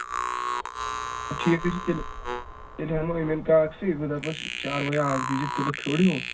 ٹھیٖک حظ چھُ تیٚلہِ تیٚلہِ ہٮ۪مو أمیٖن کاکسٕے بہٕ دَپَس چاروٲیا اَکھ دیٖزِ تِلہٕ پھیوٗر ہیوٗ